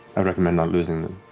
i recommend not losing them.